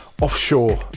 offshore